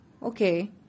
Okay